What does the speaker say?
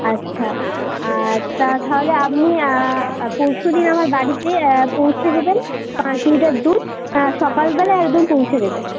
আচ্ছা আর তা তাহলে আপনি পরশুদিন আমার বাড়িতে পৌঁছে দেবেন পাঁচ লিটার দুধ সকালবেলায় একদম পৌঁছে দেবেন